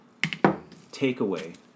takeaway